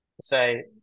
Say